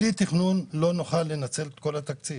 ואומר שבלי תכנון לא נוכל לנצל את כל התקציב.